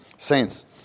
Saints